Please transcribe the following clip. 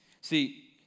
See